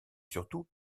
surtout